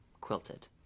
quilted